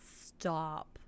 stop